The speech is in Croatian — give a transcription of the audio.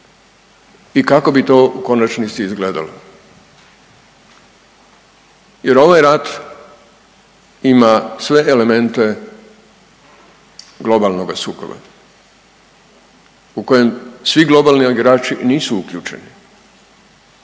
i kako bi to u konačnici izgledalo jer ovaj rat ima sve elemente globalnoga sukoba u kojem svi globalni igrači nisu uključeni,